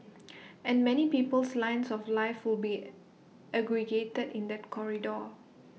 and many people's lines of life will be aggregated in that corridor